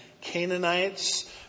Canaanites